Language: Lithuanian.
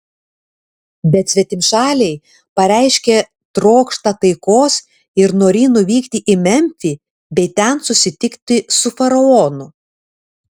bet svetimšaliai pareiškė trokštą taikos ir norį nuvykti į memfį bei ten susitikti su faraonu